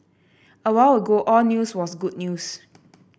a while ago all news was good news